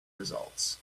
results